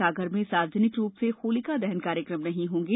सागर में सार्वजनिक रूप से होलिका दहन कार्यक्रम नहीं होंगे